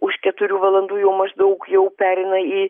už keturių valandų jau maždaug jau pereina į